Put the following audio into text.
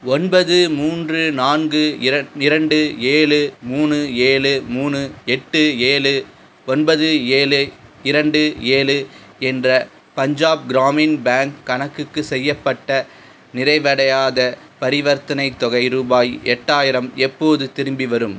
ஒன்பது மூன்று நான்கு இரண்டு ஏழு மூணு ஏழு மூணு எட்டு ஏழு ஒன்பது ஏழு இரண்டு ஏழு என்ற பஞ்சாப் கிராமின் பேங்க் கணக்குக்கு செய்யப்பட்ட நிறைவடையாத பரிவர்த்தனைத் தொகை ரூபாய் எட்டாயிரம் எப்போது திரும்பிவரும்